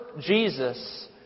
Jesus